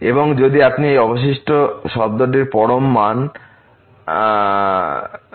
eθx0θ1 এবং যদি আপনি এই অবশিষ্ট শব্দটির পরম মান xn1n1